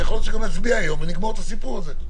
ויכול להיות שגם נצביע היום ונגמור את הסיפור הזה.